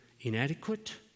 inadequate